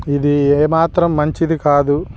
ఇది ఏమాత్రం మంచిది కాదు